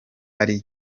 ari